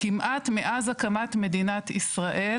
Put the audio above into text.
מאז הקמת מדינת ישראל